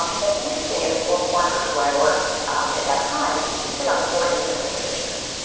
um but interesting in the four corners where i worked um at that time, we sit on four indian reservations.